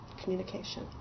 communication